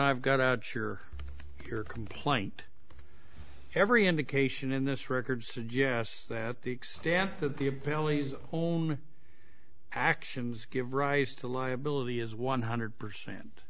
i've got out sure your complaint every indication in this record suggests that the extent that the appellate own actions give rise to liability is one hundred percent